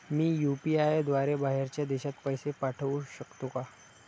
मी UPI द्वारे बाहेरच्या देशात पैसे पाठवू शकतो का?